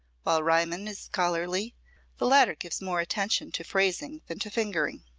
while riemann is scholarly the latter gives more attention to phrasing than to fingering.